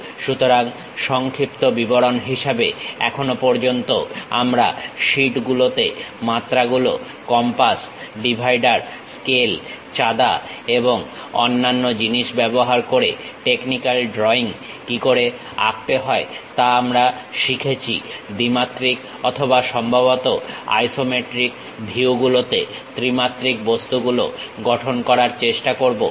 সুতরাং সংক্ষিপ্ত বিবরণ হিসেবে এখনো পর্যন্ত আমরা শীট গুলোতে মাত্রা গুলো কম্পাস ডিভাইডার স্কেল চাঁদা এবং অন্যান্য জিনিস ব্যবহার করে টেকনিক্যাল ড্রইং কি করে আঁকতে হয় তা আমরা শিখেছি দ্বিমাত্রিক অথবা সম্ভবত আইসোমেট্রিক ভিউ গুলোতে ত্রিমাত্রিক বস্তুগুলো গঠন করার চেষ্টা করবো